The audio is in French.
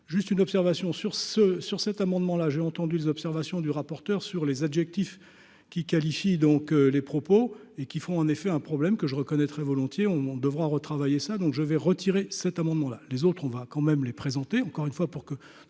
juste une observation sur ce sur cet amendement, là j'ai entendu les observations du rapporteur sur les adjectifs qui qualifient donc les propos. Et qui font en effet un problème que je reconnaîtrai volontiers on monte devra retravailler ça, donc je vais retirer cet amendement là les autres, on va quand même les présenter encore une fois, pour que